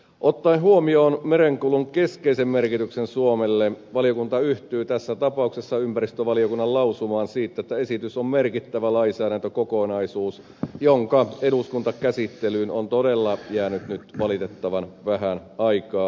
ottaen huomioon merenkulun keskeisen merkityksen suomelle valiokunta yhtyy tässä tapauksessa ympäristövaliokunnan lausumaan siitä että esitys on merkittävä lainsäädäntökokonaisuus jonka eduskuntakäsittelyyn on todella jäänyt nyt valitettavan vähän aikaa